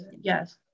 yes